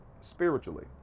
spiritually